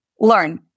learn